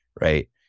right